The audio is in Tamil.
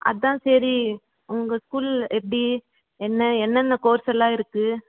அதான் சரி உங்கள் ஸ்கூலில் எப்படி என்ன என்னென்ன கோர்ஸ் எல்லாம் இருக்கு